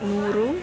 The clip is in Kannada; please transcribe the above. ನೂರು